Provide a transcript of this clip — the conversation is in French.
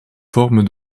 forme